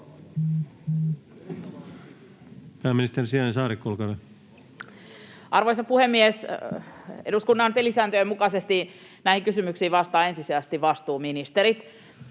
Pääministerin sijainen Saarikko, olkaa hyvä. Arvoisa puhemies! Eduskunnan pelisääntöjen mukaisesti näihin kysymyksiin vastaavat ensisijaisesti vastuuministerit.